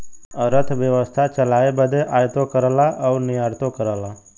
अरथबेवसथा चलाए बदे आयातो करला अउर निर्यातो करला